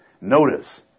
Notice